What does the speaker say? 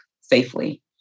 safely